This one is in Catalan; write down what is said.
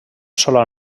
sola